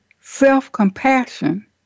self-compassion